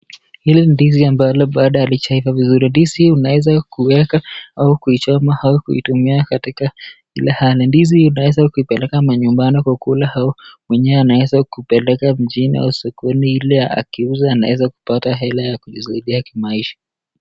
Hili ni ndizi ambalo bado halijaiva vizuri. Ndizi hii unaweza kuweka, au kuichoma au kuitumia katika kila hali. Ndizi hii unaweza kuipeleka manyumbani kwa kula au mwenyewe anaweza kuipeleka mjini au sokoni ili akiuza anaweza kupata hela ya kujisaidia kimaisha.